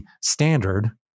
standard